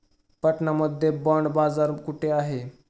पटना मध्ये बॉंड बाजार कुठे आहे?